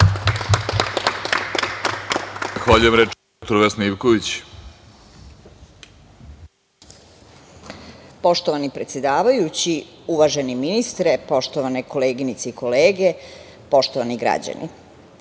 Vesna Ivković. **Vesna Ivković** Poštovani predsedavajući, uvaženi ministre, poštovane koleginice i kolege, poštovani građani,